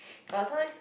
uh sometimes